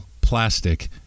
plastic